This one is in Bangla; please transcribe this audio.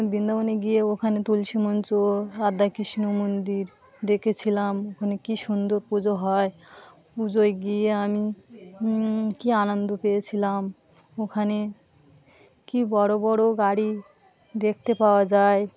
বৃন্দাবনে গিয়ে ওখানে তুলসী মঞ্চ রাধাকৃষ্ণ মন্দির দেখেছিলাম ওখানে কী সুন্দর পুজো হয় পুজোয় গিয়ে আমি কী আনন্দ পেয়েছিলাম ওখানে কী বড় বড় গাড়ি দেখতে পাওয়া যায়